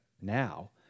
now